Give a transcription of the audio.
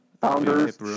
Founders